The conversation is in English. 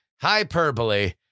hyperbole